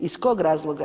Iz kog razloga?